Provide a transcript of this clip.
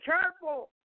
careful